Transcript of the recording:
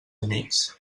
amics